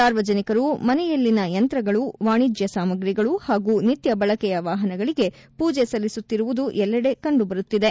ಸಾರ್ವಜನಿಕರು ಮನೆಯಲ್ಲಿನ ಯಂತ್ರಗಳು ವಾಣಿಜ್ಯ ಸಾಮಗ್ರಿಗಳು ಹಾಗೂ ನಿತ್ಯ ಬಳಕೆಯ ವಾಹನಗಳಿಗೆ ಪೂಜೆ ಸಲ್ಲಿಸುತ್ತಿರುವುದು ಎಲ್ಲೆಡೆ ಕಂಡುಬರುತ್ತಿದೆ